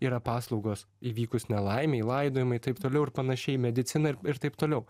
yra paslaugos įvykus nelaimei laidojimai taip toliau ir panašiai medicina ir taip toliau